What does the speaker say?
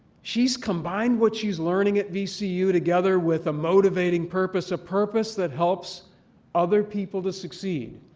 she's combined what she's learning at vcu together with a motivating purpose, a purpose that helps other people to succeed.